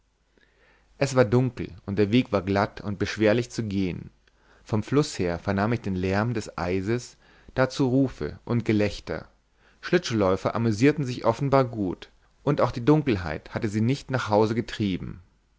es war dunkel und der weg war glatt und beschwerlich zu gehen vom fluß her vernahm ich den lärm des eises dazu rufe und gelächter schlittschuhläufer amüsierten sich offenbar gut und auch die dunkelheit hatte sich nicht nach hause getrieben